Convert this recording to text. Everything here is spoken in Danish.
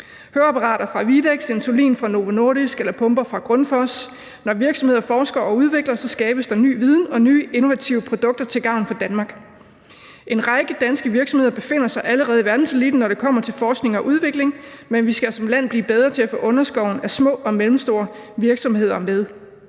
Høreapparater fra Widex, insulin fra Novo Nordisk eller pumper fra Grundfos – når virksomheder forsker og udvikler, skabes der ny viden og nye innovative produkter til gavn for Danmark. En række danske virksomheder befinder sig allerede i verdenseliten, når det kommer til forskning og udvikling, men vi skal som land blive bedre til at få underskoven af små og mellemstore virksomheder med.